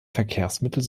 verkehrsmittel